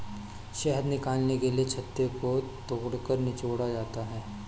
शहद निकालने के लिए छत्ते को तोड़कर निचोड़ा जाता है